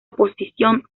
oposición